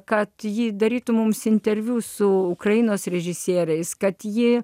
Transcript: kad ji darytų mums interviu su ukrainos režisieriais kad jie